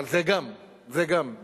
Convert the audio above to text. אבל זה גם, זה גם.